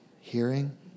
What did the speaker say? hearing